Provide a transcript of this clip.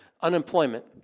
Unemployment